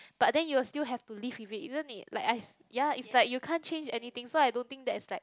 but then you'll still have to live with it even if like I ya you can't change anything so I don't think that's like